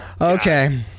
Okay